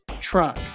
trunk